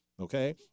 Okay